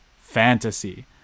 fantasy